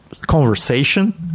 conversation